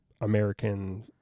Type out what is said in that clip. American